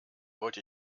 wollte